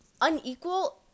unequal